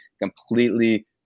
completely